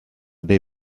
dei